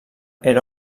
era